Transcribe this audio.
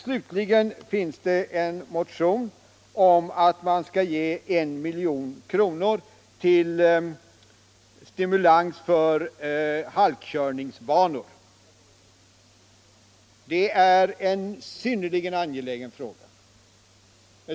Det finns också en motion om att man skall anslå 1 milj.kr. för att stimulera anläggandet av halkkörningsbanor. Detta är en synnerligen angelägen fråga.